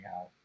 out